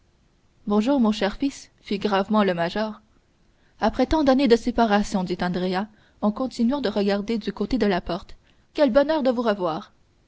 bonjour mon cher fils fit gravement le major après tant d'années de séparation dit andrea en continuant de regarder du côté de la porte quel bonheur de nous revoir